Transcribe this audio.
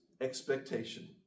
expectation